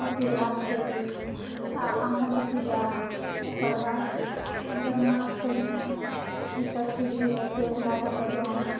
शिवरात्रि आओर अनन्त पूजा ओकर बाद जन्माष्टमी ई सब चीज होइ छै हमरा सबके गाँवमे